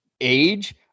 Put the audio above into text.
age